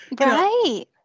right